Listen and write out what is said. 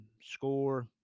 score